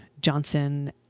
Johnson